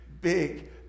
big